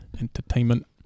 entertainment